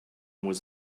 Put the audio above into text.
was